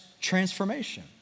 transformation